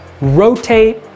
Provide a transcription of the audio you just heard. rotate